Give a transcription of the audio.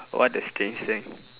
what a strange thing